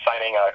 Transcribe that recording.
signing